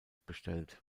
bestellt